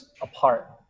apart